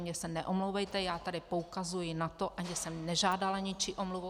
Mně se neomlouvejte, já tady poukazuji na to, ani jsem nežádala ničí omluvu.